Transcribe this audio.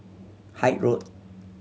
Hythe Road